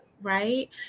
Right